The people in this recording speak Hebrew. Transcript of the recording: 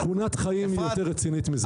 "שכונת חיים" יותר רצינית מזה.